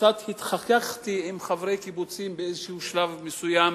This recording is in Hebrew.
קצת התחככתי עם חברי קיבוצים באיזשהו שלב מסוים